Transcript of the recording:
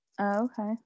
okay